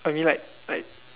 I mean like like